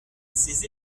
ces